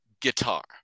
guitar